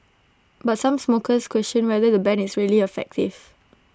but some smokers question whether the ban is really effective